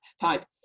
pipe